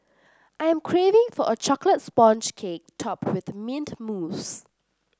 I am craving for a chocolate sponge cake topped with mint mousse